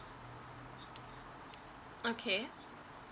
okay